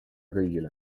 kõigile